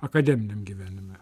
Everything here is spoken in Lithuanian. akademiniam gyvenime